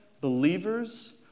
believers